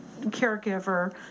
caregiver